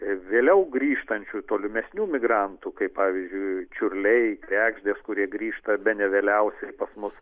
vėliau grįžtančių tolimesnių migrantų kaip pavyzdžiui čiurliai kregždės kurie grįžta bene vėliausiai pas mus